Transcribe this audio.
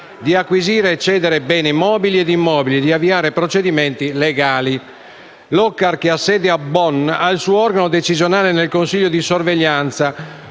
di acquisire e cedere beni mobili ed immobili e di avviare procedimenti legali. L'OCCAR, che ha sede a Bonn, ha il suo organo decisionale nel Consiglio di sorveglianza,